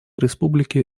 республики